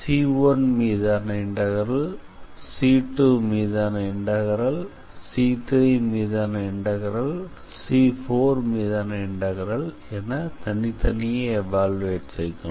C1மீதான integral C2மீதான integral C3மீதான integral C4மீதான இன்டெக்ரல் என தனித்தனியே எவாலுயுயேட் செய்கிறோம்